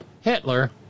Hitler